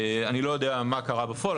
אני לא יודע מה קרה בפועל,